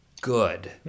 good